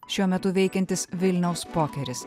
šiuo metu veikiantis vilniaus pokeris